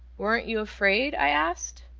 weren't you afraid? i asked.